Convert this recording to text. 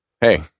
Hey